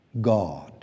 God